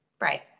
right